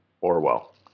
Orwell